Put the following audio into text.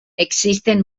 existen